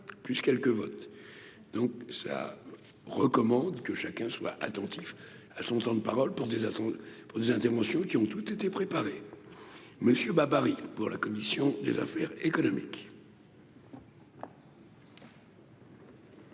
plus quelques votes, donc ça recommande que chacun soit attentif à son temps de parole pour des attentes pour des interventions qui ont toutes été préparées Monsieur pour la commission des affaires économiques.